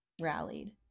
rallied